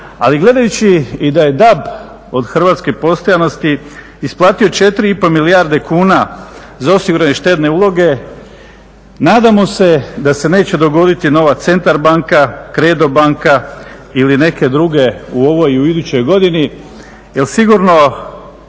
ali gledajući i da je DAB od Hrvatske postojanosti isplatio 4,5 milijarde kuna za osigurane štedne uloge, nadamo se da se neće dogoditi nova Centar banka, Credo banka ili neke druge u ovoj i u idućoj godini. Jer sigurno